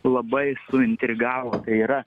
labai suintrigavo tai yra